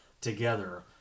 together